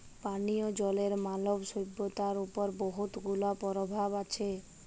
পানীয় জলের মালব সইভ্যতার উপর বহুত গুলা পরভাব আছে